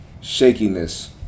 shakiness